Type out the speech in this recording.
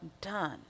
done